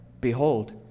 Behold